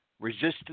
resistance